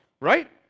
right